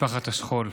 משפחת השכול,